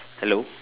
hello